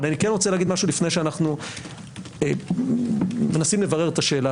אני כן רוצה להגיד משהו לפני שאנחנו מנסים לברר את השאלה